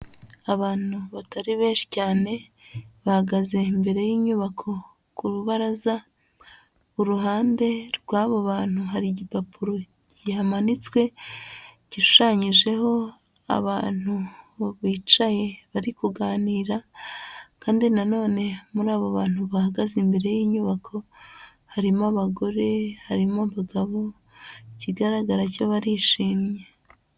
Abantu, batari benshi cyane, bahagaze imbere y'inyubako ku rubaraza, uruhande rw'abo bantu hari igipapu kimanitswe, gishushanyijeho abantu bicaye bari kuganira, kandi nanone muri abo bantu bahagaze imbere y'inyubako, harimo abagore, harimo abagabo, ikigaragara cyo barishimye.